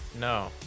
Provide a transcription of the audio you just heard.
No